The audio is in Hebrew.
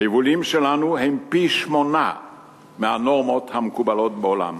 היבולים שלנו הם פי-שמונה מהנורמות המקובלות בעולם,